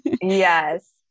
yes